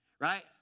right